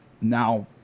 now